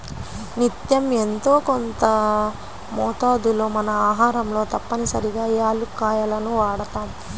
నిత్యం యెంతో కొంత మోతాదులో మన ఆహారంలో తప్పనిసరిగా యాలుక్కాయాలను వాడతాం